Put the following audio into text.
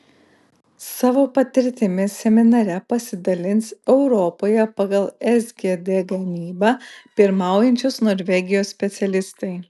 savo patirtimi seminare pasidalins europoje pagal sgd gamybą pirmaujančios norvegijos specialistai